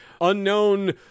unknown